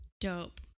Dope